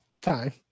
time